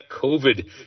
COVID